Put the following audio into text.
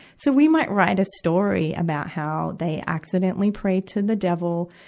so we might write a story about how they accidentally prayed to the devil,